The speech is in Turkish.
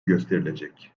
gösterilecek